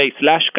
slash